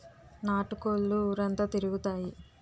నాటు కోళ్లు ఊరంతా తిరుగుతాయి